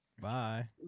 Bye